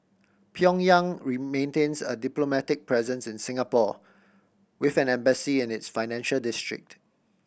Pyongyang maintains a diplomatic presence in Singapore with an embassy in its financial district